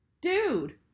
dude